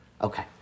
Okay